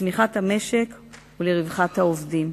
לצמיחת המשק ולרווחת העובדים.